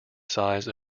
size